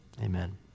Amen